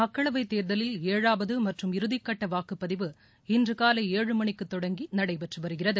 மக்களவை தேர்தலில் ஏழாவது மற்றும் இறுதிக்கட்ட வாக்குப்பதிவு இன்று காலை ஏழு மணிக்கு தொடங்கி நடைபெற்று வருகிறது